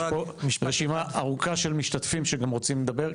יש פה רשימה ארוכה של משתתפים שרוצים לדבר.